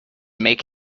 make